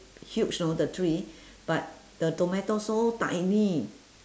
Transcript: huge know the tree but the tomato so tiny